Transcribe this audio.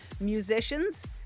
musicians